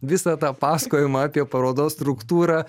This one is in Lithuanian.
visą tą pasakojimą apie parodos struktūrą